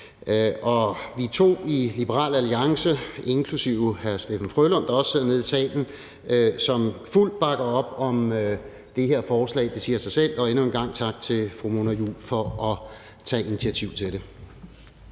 er to i Liberal Alliance inklusive hr. Steffen W. Frølund, der også sidder nede i salen, som fuldt ud bakker op om det her forslag; det siger sig selv. Og endnu en gang tak til fru Mona Juul for at tage initiativ til det.